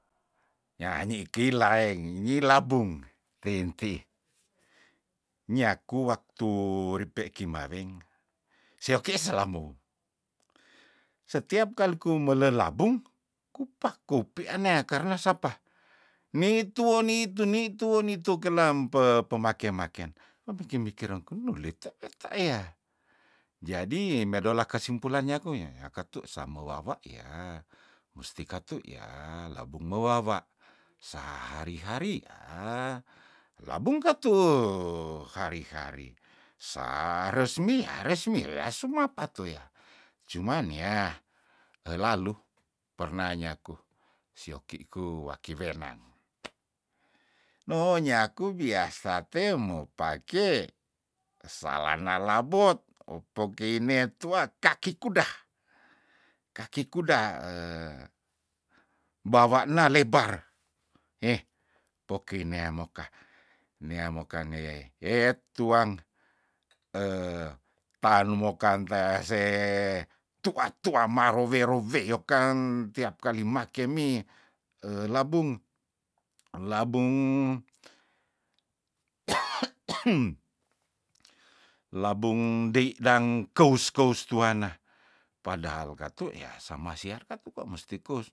Nyanyi kei laeng ngilabung teiteh nyaku waktu ripe kimaweng seoki selamou setiap kali ku melelabung kupakupi anea karna sapa nei tuwo nitu nitu nitu kelampe pemake- maken em bingki- bikiren nungkule tae ta yah jadi medolah kesimpulan nyaku yah yakatu same wawa yah musti katu yah labunge wawa sahari- hari yah labung ke tu hari hari sa resmi yah resmi yah suma patoya cuman yah elalu perna nyaku sioki ku waki wernang noh nyaku biasa temo pake salana labot opokei netuak kaki kuda, kaki kuda mbawa na lebar heh pokei nea moka nea moka nge etuang taan numokan tea se tua- tua maro wero weyo kang tiap kali make mih eh labung- labung labung dei dang kous- kous tuanna padahal katu yah sama siar katu kwa musti kous